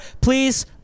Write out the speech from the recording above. please